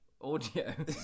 audio